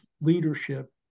leadership